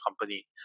company